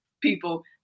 people